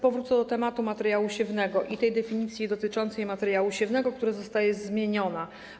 Powrócę do tematu materiału siewnego i definicji dotyczącej materiału siewnego, która zostaje zmieniona.